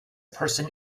person